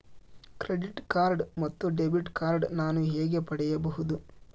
Credit card ಮತ್ತು debit card ನಾನು ಹೇಗೆ ಪಡೆಯಬಹುದು?